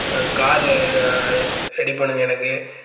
ஆ car ready பண்ணுங்கள் எனக்கு